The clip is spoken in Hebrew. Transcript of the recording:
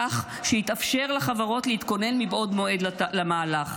כך שיתאפשר לחברות להתכונן מבעוד מועד למהלך.